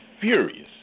furious